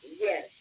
Yes